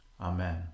Amen